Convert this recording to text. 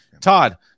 Todd